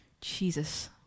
Jesus